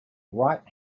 right